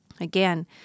Again